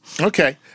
Okay